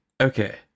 okay